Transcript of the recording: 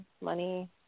money